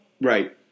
Right